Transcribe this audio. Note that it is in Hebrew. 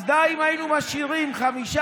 אז די אם היינו משאירים 5%,